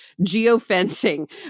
geofencing